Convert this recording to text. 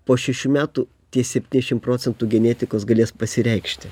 po šešių metų tie septyniasdešim procentų genetikos galės pasireikšti